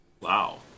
wow